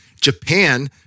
Japan